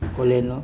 କଲେନ